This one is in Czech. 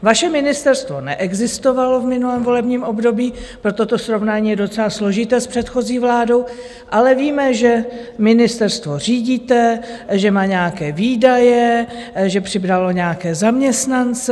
Vaše ministerstvo neexistovalo v minulém volebním období, proto to srovnání je docela složité s předchozí vládu, ale víme, že ministerstvo řídíte, že má nějaké výdaje, že přibralo nějaké zaměstnance.